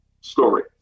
story